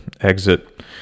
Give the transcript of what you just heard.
exit